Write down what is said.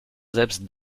selbst